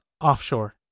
offshore